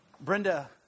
Brenda